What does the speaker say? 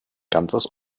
ganzes